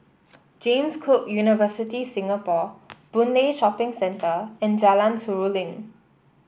James Cook University Singapore Boon Lay Shopping Centre and Jalan Seruling